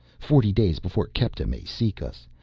forty days before kepta may seek us.